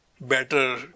Better